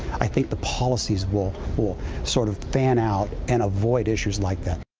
i think the policieswill sort of span out and avoid issues like that